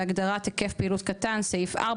בהגדרת היקף פעילות קטן: "סעיף 4,